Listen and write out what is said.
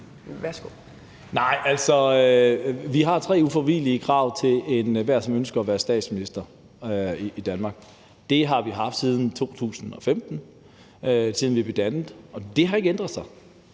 (NB): Nej, altså, vi har tre ufravigelige krav til enhver, som ønsker at være statsminister i Danmark. Det har vi haft siden 2015, da vi blev dannet, og det har ikke ændret sig.